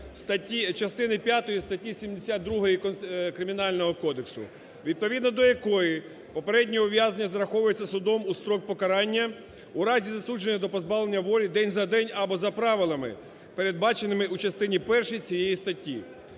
частини п'ятої статті 72 Кримінального кодексу, відповідно до якої попереднє ув'язнення зараховується судом у строк покарання у разі засудження до позбавлення волі день за день або за правилами, передбаченими у частині першій цієї статті.